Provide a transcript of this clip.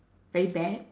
very bad